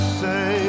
say